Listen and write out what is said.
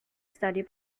study